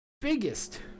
biggest